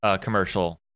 commercial